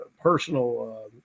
personal